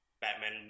Batman